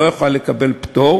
הוא לא יוכל לקבל פטור,